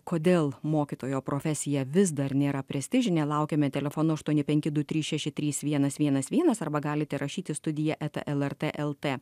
kodėl mokytojo profesija vis dar nėra prestižinė laukiame telefonu aštuoni penki du trys šeši trys vienas vienas vienas arba galite rašyti studija eta lrt lt